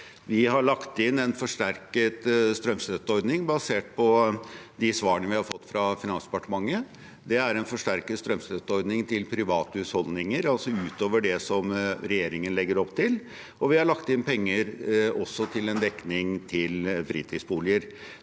Vi har lagt inn en forsterket strømstøtteordning basert på de svarene vi har fått fra Finansdepartementet. Det er en forsterket strømstøtteordning til private husholdninger, altså utover det som regjeringen legger opp til, og vi har også lagt inn penger til en dekning til fritidsboliger.